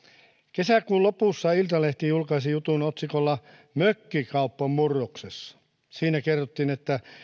kesäkuun lopussa iltalehti julkaisi jutun otsikolla mökkikauppa murroksessa siinä kerrottiin että